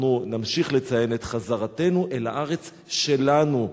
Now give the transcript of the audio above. אנחנו נמשיך לציין את חזרתנו אל הארץ שלנו.